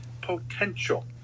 potential